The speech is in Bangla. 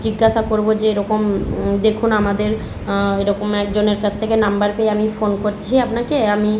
জিজ্ঞাসা করব যে এরকম দেখুন আমাদের এরকম একজনের কাছ থেকে নাম্বার পেয়ে আমি ফোন করছি আপনাকে আমি